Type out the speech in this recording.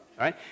right